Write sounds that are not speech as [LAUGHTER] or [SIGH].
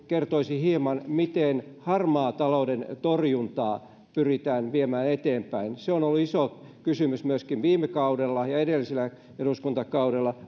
kertoisi hieman miten harmaan talouden torjuntaa pyritään viemään eteenpäin se on ollut iso kysymys myöskin viime kaudella ja edellisellä eduskuntakaudella [UNINTELLIGIBLE]